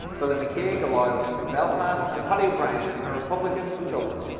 billy mckeague, a loyalist from belfast and paddy o'brien, a republican from dublin.